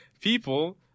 people